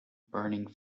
burning